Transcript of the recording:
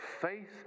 faith